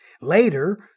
Later